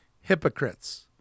hypocrites